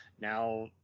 now